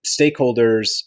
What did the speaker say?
stakeholders